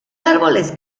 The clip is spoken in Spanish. árboles